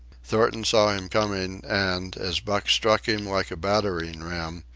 thornton saw him coming, and, as buck struck him like a battering ram,